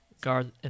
guard